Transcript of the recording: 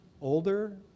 older